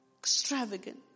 Extravagant